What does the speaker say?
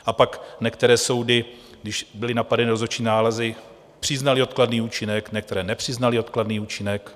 A pak některé soudy, když byly napadeny rozhodčí nálezy, přiznaly odkladný účinek, některé nepřiznaly odkladný účinek.